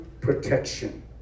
protection